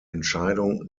entscheidung